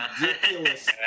ridiculous